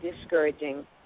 discouraging